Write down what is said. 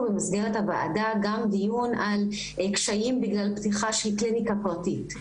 במסגרת הוועדה גם דיון על קשיים בגלל פתיחה של קליניקה פרטית.